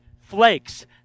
flakes